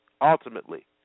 ultimately